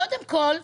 קודם כול,